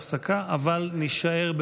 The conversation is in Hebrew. אני מציע שאנחנו נצא להפסקה אבל נישאר,